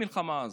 למלחמה הזאת?